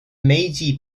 meiji